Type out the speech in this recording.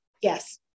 Yes